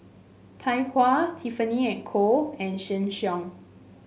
Tai Hua Tiffany And Co and Sheng Siong